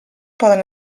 poden